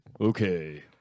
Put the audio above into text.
Okay